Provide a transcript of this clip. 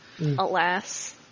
Alas